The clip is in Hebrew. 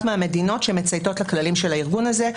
מהמדינות שמצייתות לכללים של הארגון הזה,